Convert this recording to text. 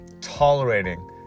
tolerating